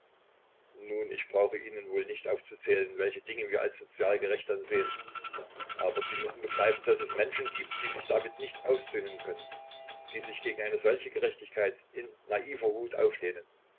nun ich brauche ihnen wohl nicht aufzuzählen welche dinge wir als sozial gerecht ansehen aber sie müssen begreifen daß es menschen gibt die sich damit nicht aussöhnen können die sich gegen eine solche gerechtigkeit in naiver wut auflehnen